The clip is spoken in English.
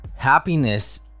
happiness